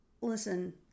listen